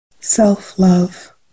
self-love